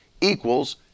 equals